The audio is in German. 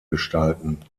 gestalten